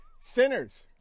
sinners